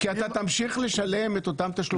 אתה תמשיך לשלם את אותם תשלומים.